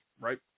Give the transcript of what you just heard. right